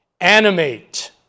animate